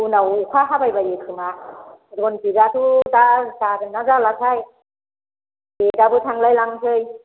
उनाव अखा हाबायबायो खोमा रन्जिताबो दा जागोना जालाथाय देतआबो थांलायलांसै